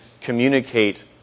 communicate